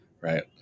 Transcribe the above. right